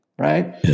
right